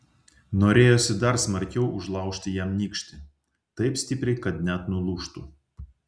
norėjosi dar smarkiau užlaužti jam nykštį taip stipriai kad net nulūžtų